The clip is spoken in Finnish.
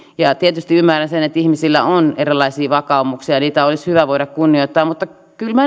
ja ja tietysti ymmärrän sen että ihmisillä on erilaisia vakaumuksia ja niitä olisi hyvä voida kunnioittaa mutta kyllä minä